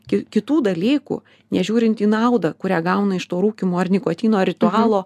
ki kitų dalykų nežiūrint į naudą kurią gauna iš to rūkymo ar nikotino ritualo